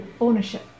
ownership